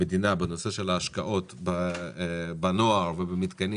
כמדינה בנושא של ההשקעות בנוער ובמתקנים